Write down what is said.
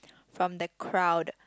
from the crowd